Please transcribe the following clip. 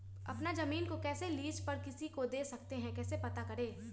अपना जमीन को कैसे लीज पर किसी को दे सकते है कैसे पता करें?